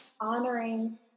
honoring